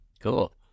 Cool